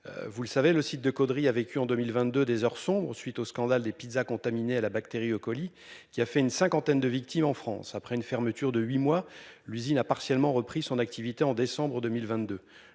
Vous le savez, le site de Caudry a vécu en 2022 des heures sombres suite au scandale des pizzas contaminées à la bactérie E. coli qui a fait une cinquantaine de victimes en France après une fermeture de 8 mois. L'usine a partiellement repris son activité en décembre 2022,